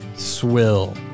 Swill